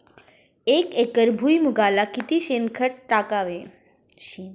एक एकर भुईमुगाला किती शेणखत टाकावे?